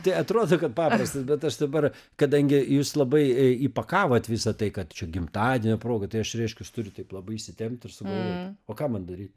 tai atrodo kad paprastas bet aš dabar kadangi jūs labai įpakavot visą tai kad čia gimtadienio proga tai aš reiškias turiu taip labai įsitempt ir sugalvot o ką man daryt